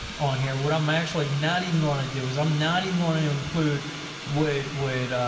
on here, what i'm actually not even going to do is i'm not even wanting to include what would